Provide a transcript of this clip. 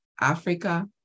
Africa